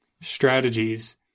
strategies